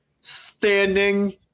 standing